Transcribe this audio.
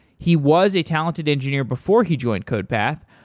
he was a talented engineer before he joined codepath,